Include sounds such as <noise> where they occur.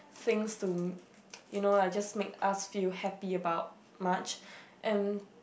things to <noise> you know like just make us feel happy about much and